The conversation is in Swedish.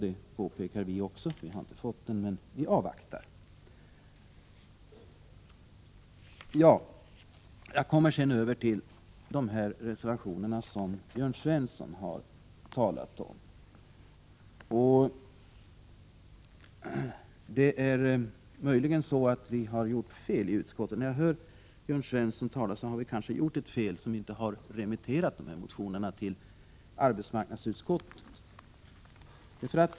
Det påpekar också vi, men vi avvaktar. Jag går så över till att kommentera de reservationer som Jörn Svensson har talat om. När jag hörde Jörn Svenssons anförande här förstod jag att vi i utskottet kanske har gjort fel som inte har remitterat motionerna till arbetsmarknadsutskottet.